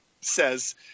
says